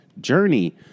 journey